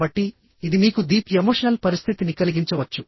కాబట్టి ఇది మీకు దీప్ ఎమోషనల్ పరిస్థితిని కలిగించవచ్చు